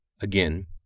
Again